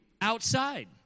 outside